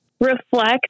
reflect